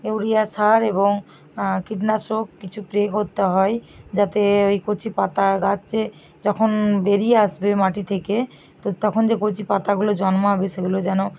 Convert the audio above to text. urea সার এবং কীটনাশক কিছু স্প্রে করতে হয় যাতে ওই কচি পাতা গাছে যখন বেরিয়ে আসবে মাটি থেকে তো তখন যে কচি পাতাগুলো জন্মাবে সেগুলো যেন